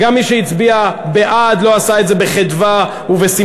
גם מי שהצביע בעד לא עשה את זה בחדווה ובשמחה.